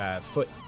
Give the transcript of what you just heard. foot